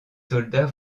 soldats